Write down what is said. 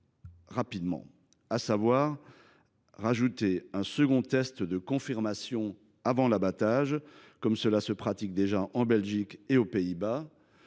rapidement : ajouter un second test de confirmation avant l’abattage, comme cela se pratique déjà en Belgique et aux Pays Bas,